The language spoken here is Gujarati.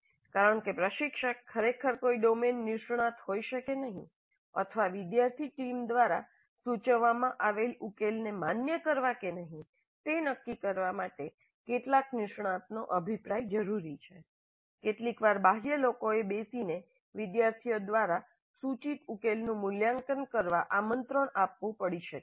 કારણ કે પ્રશિક્ષક ખરેખર કોઈ ડોમેન નિષ્ણાત હોઈ શકે નહીં અથવા વિદ્યાર્થી ટીમ દ્વારા સૂચવવામાં આવેલ ઉકેલને માન્ય કરવા કે નહીં તે નક્કી કરવા માટે કેટલાક નિષ્ણાતનો અભિપ્રાય જરૂરી છે કેટલીકવાર બાહ્ય લોકોને બેસીને વિદ્યાર્થીઓ દ્વારા સૂચિત ઉકેલનું મૂલ્યાંકન કરવા આમંત્રણ આપવું પડી શકે છે